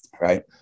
Right